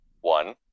One